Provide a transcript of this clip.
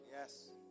Yes